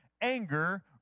anger